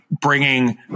bringing